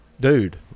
dude